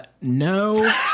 no